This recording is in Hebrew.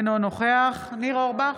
אינו נוכח ניר אורבך,